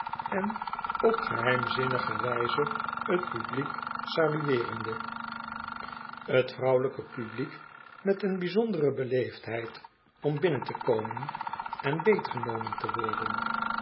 en op geheimzinnige wijze t publiek salueerende t vrouwelb'ke publiek met een bijzondere beleefdheid om binnen te komen en beet genomen te worden